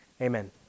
Amen